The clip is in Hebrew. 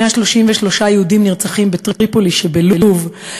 133 יהודים נרצחים בטריפולי שבלוב,